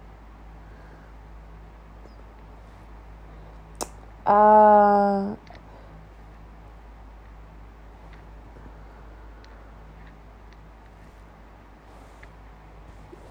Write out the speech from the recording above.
ah